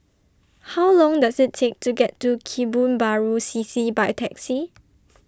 How Long Does IT Take to get to Kebun Baru C C By Taxi